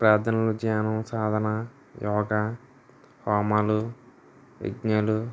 ప్రార్ధనలు ధ్యానం సాధన యోగా హోమాలు యజ్ఞాలు